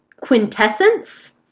Quintessence